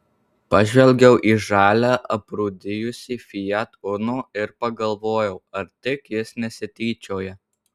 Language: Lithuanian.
pažvelgiau į žalią aprūdijusį fiat uno ir pagalvojau ar tik jis nesityčioja